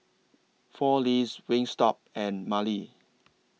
four Leaves Wingstop and Mili